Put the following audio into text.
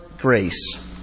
grace